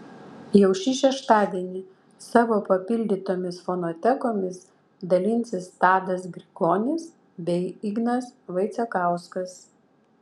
jau šį šeštadienį savo papildytomis fonotekomis dalinsis tadas grigonis bei ignas vaicekauskas